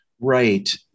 Right